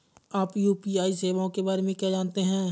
आप यू.पी.आई सेवाओं के बारे में क्या जानते हैं?